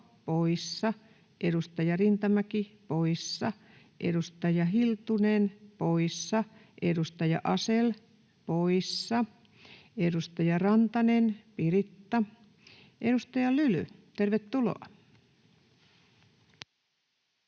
edustaja Rintamäki poissa, edustaja Hiltunen poissa, edustaja Asell poissa, edustaja Rantanen, Piritta poissa. — Edustaja Lyly, tervetuloa.